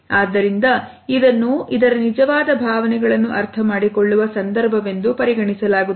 ಆದ್ದರಿಂದ ಇದನ್ನು ಇದರ ನಿಜವಾದ ಭಾವನೆಗಳನ್ನು ಅರ್ಥ ಮಾಡಿಕೊಳ್ಳುವ ಸಂದರ್ಭವೆಂದು ಪರಿಗಣಿಸಲಾಗುತ್ತದೆ